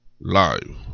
live